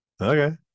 Okay